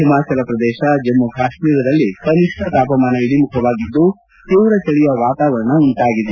ಹಿಮಾಚಲ ಪ್ರದೇಶ ಜಮ್ಗು ಕಾಶ್ೀರದಲ್ಲಿ ಕನಿಷ್ಠ ತಾಪಮಾನ ಇಳಿಮುಖವಾಗಿದ್ದು ತೀವ್ರ ಚಳಿಯ ವಾತಾವರಣ ಉಂಟಾಗಿದೆ